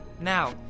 Now